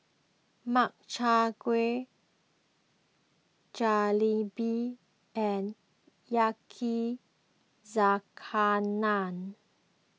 Makchang Gui Jalebi and Yakizakana